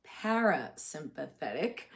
parasympathetic